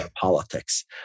politics